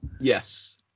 Yes